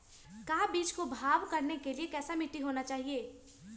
का बीज को भाव करने के लिए कैसा मिट्टी होना चाहिए?